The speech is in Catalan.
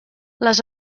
les